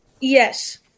Yes